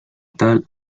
tal